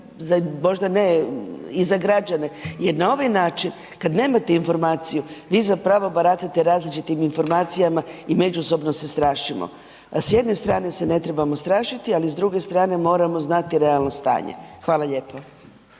i javno i za građane jer na ovaj način kada nemate informaciju vi zapravo baratate različitim informacijama i međusobno se strašimo. A s jedne strane se ne trebamo strašiti, ali s druge strane moramo znati realno stanje. Hvala lijepa.